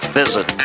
visit